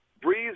Breeze